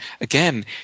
again